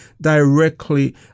directly